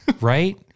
Right